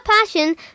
passion